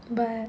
but